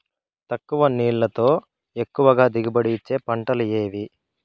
తక్కువ నీళ్లతో ఎక్కువగా దిగుబడి ఇచ్చే పంటలు ఏవి?